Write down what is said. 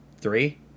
Three